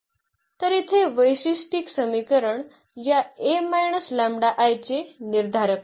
तर येथे वैशिष्ट्यिक समीकरण या चे निर्धारक आहे